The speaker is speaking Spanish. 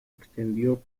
extendió